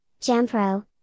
Jampro